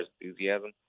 enthusiasm